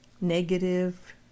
Negative